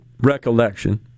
recollection